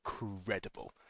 incredible